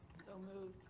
so moved.